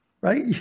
right